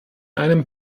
einem